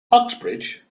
uxbridge